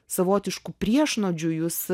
savotišku priešnuodžiu jus